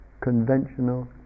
conventional